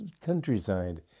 countryside